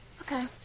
Okay